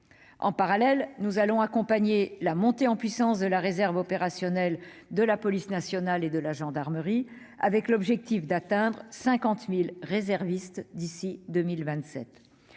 En parallèle, nous accompagnerons la montée en puissance de la réserve opérationnelle de la police et de la gendarmerie nationales, l'objectif étant d'atteindre 50 000 réservistes d'ici à 2027.